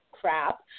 crap